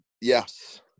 yes